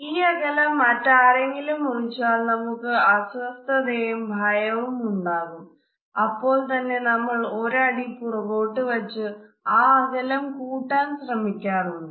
ഈ അകലം മറ്റാരെങ്കിലും മുറിച്ചാൽ നമുക്ക് അസ്വസ്ഥതയും ഭയവുമുണ്ടാകും അപ്പോൾ തന്നെ നമ്മൾ ഒരടി പുറകോട്ട് വച്ച് ആ അകലം കൂട്ടാൻ ശ്രമിക്കാറുണ്ട്